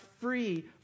free